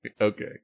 okay